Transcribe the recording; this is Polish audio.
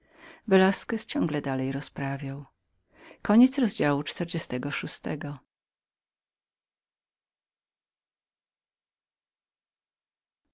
velasquez ciągle dalej rozprawiał